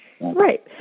Right